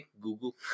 Google